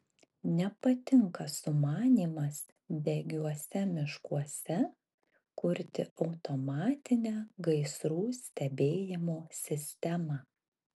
nepatinka sumanymas degiuose miškuose kurti automatinę gaisrų stebėjimo sistemą